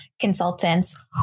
consultants